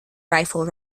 rifle